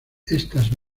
estas